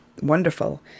wonderful